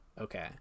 Okay